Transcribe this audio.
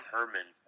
Herman